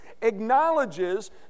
acknowledges